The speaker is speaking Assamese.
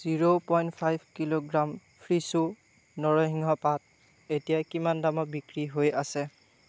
জি'ৰ পইন্ট ফাইভ কিলোগ্ৰাম ফ্ৰিছো নৰসিংহ পাত এতিয়া কিমান দামত বিক্ৰী হৈ আছে